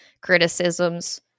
criticisms